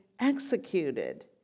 executed